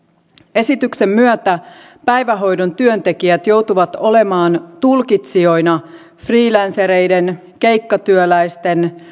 esityksen myötä päivähoidon työntekijät joutuvat olemaan tulkitsijoina freelancereiden keikkatyöläisten